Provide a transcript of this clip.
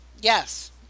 Yes